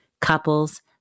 couples